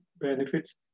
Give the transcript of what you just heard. benefits